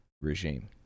regime